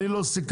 אני לא סיכמתי,